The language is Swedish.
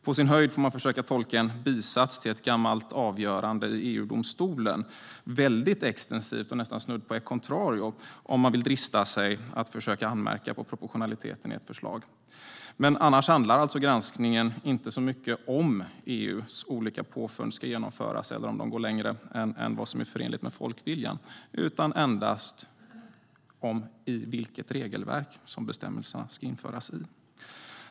På sin höjd får man försöka tolka en bisats till ett gammalt avgörande i EU-domstolen väldigt extensivt och nästan snudd på e contrario om man vill drista sig att försöka anmärka på proportionaliteten i ett förslag. Annars handlar granskningen alltså inte så mycket om EU:s olika påfund ska genomföras eller går längre än vad som är förenligt med folkviljan utan endast om i vilket regelverk som bestämmelserna ska införas.